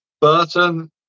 Burton